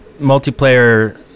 multiplayer